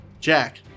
Jack